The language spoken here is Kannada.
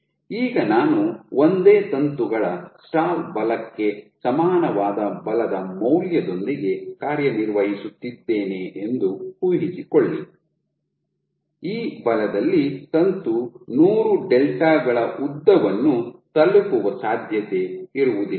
ಈಗ ನಾನು ಒಂದೇ ತಂತುಗಳ ಸ್ಟಾಲ್ ಬಲಕ್ಕೆ ಸಮಾನವಾದ ಬಲದ ಮೌಲ್ಯದೊಂದಿಗೆ ಕಾರ್ಯನಿರ್ವಹಿಸುತ್ತಿದ್ದೇನೆ ಎಂದು ಊಹಿಸಿಕೊಳ್ಳಿ ಈ ಬಲದಲ್ಲಿ ತಂತು ನೂರು ಡೆಲ್ಟಾ ಗಳ ಉದ್ದವನ್ನು ತಲುಪುವ ಸಾಧ್ಯತೆ ಇರುವುದಿಲ್ಲ